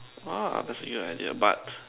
!wah! that's a new idea but